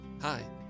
Hi